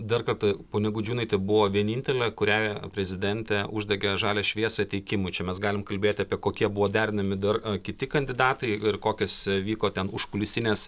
dar kartą ponia gudžiūnaitė buvo vienintelė kuriai prezidentė uždegė žalią šviesą teikimui čia mes galim kalbėti apie kokie buvo derinami dar kiti kandidatai ir kokios vyko ten užkulisinės